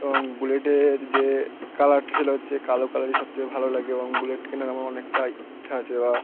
এবং বুলেটের যে কালারটা সেটা হচ্ছে কালো কালারই সবচেয়ে ভালো লাগে এবং বুলেট কেনার আমার অনেকটা ইচ্ছা আছে বা